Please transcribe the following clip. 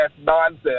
nonsense